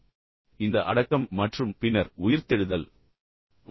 எனவே இந்த அடக்கம் மற்றும் பின்னர் உயிர்த்தெழுதல் உள்ளது